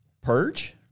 purge